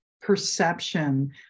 perception